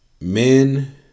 Men